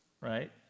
right